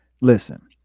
listen